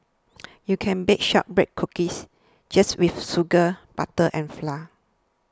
you can bake Shortbread Cookies just with sugar butter and flour